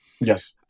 Yes